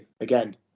again